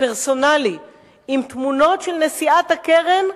עם תמונות של נשיאת הקרן,